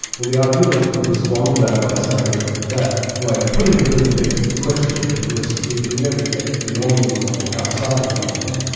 well the idealist would respond to that by saying that that way of putting it really begs the question, because we can never get beyond the mind, or outside the mind,